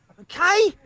Okay